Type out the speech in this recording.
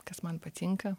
kas man patinka